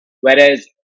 Whereas